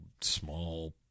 small